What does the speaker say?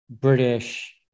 british